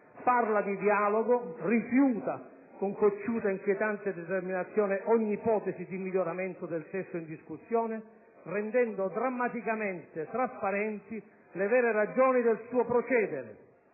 parla di dialogo, rifiuta con cocciuta ed inquietante determinazione ogni ipotesi di miglioramento del testo in discussione, rendendo drammaticamente trasparenti le vere ragioni del suo procedere.